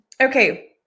Okay